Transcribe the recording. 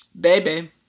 Baby